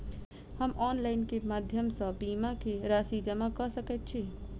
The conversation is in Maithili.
हम ऑनलाइन केँ माध्यम सँ बीमा केँ राशि जमा कऽ सकैत छी?